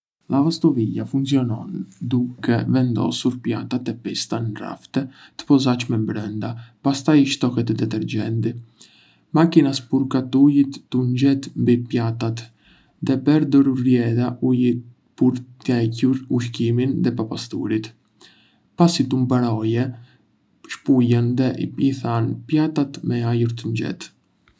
Lavastovilja funksionon duke vendosur pjatat e pista në rafte të posaçme brënda, pastaj shtohet detergjenti. Makina spërkat ujë të nxehtë mbi pjatat dhe përdor rrjedha uji për të hequr ushqimin dhe papastërtitë. Pasi të mbarojë, shpëlan dhe i than pjatat me ajër të nxehtë.